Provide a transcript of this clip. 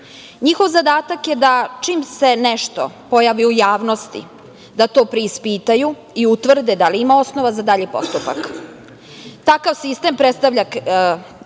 zadatak je da čim se nešto pojavi u javnosti, da to preispitaju i utvrde da li ima osnova za dalji postupak. Takav sistem predstavlja